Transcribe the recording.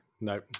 no